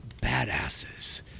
badasses